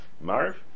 Marv